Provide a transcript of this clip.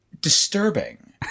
disturbing